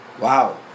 wow